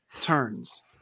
turns